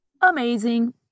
amazing